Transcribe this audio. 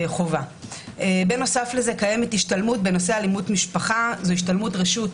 ואם יש גורמים אחרים בממשלה או ברשויות